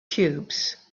cubes